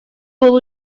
был